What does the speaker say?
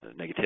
negativity